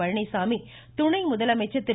பழனிசாமி துணை முதலமைச்சர் திரு